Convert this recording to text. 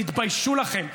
תתביישו לכם.